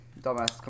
Dumbass